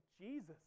Jesus